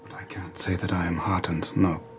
i can't say that i am heartened, no.